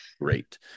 Great